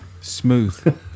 Smooth